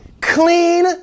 Clean